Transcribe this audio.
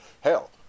Hell